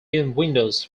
windows